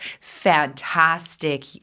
fantastic